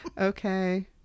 Okay